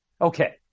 okay